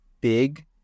big